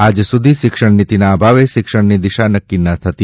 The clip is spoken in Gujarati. આજ સુધી શિક્ષણ નીતિના અભાવે શિક્ષણની દિશા નક્કી ન હતી